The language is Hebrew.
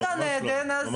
אם גן עדן אז